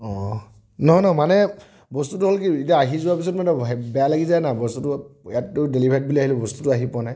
নহয় নহয় মানে বস্তুটো হ'ল কি এতিয়া আহি যোৱাৰ পিছত মানে বেয়া লাগি যায় ন' বস্তুটো ইয়াততো ডেলিভাৰ্ড বুলি আহিলে বস্তুটো আহি পোৱা নাই